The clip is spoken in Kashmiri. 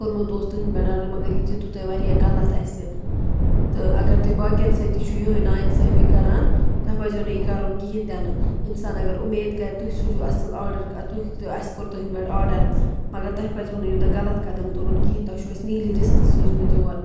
کوٚرمُت اوس تُہٕنٛدِ پٮ۪ٹھ آرڈَر مگر یہِ دیُتوٕ تۄہہِ واریاہ غلط اَسہِ تہٕ اگر تُہۍ باقِین سۭتۍ تہِ چھُو یِہَے نا اِنصٲفی کَران تۄہہِ پزیو نہٕ یہِ کَرُن کِہیٖنٛۍ تہِ نہٕ اِنسان اگر اُمید کَرِ تُہۍ سوٗزِو اَصٕل آرڈَر تُہۍ تہٕ اَسہِ کوٚر تُہٕنٛدِ پٮ۪ٹھ آرڈَر مگر تۄہہِ پزیو نہٕ یوٗتاہ غلط قدم تُلُن کِہیٖنٛۍ تۄہہِ چھُو اَسہِ نیٖلی رِستہٕ سوٗزمٕتۍ یور